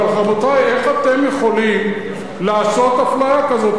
אבל, רבותי, איך אתם יכולים לעשות אפליה כזאת?